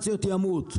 יום אחרי יום,